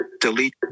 delete